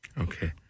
Okay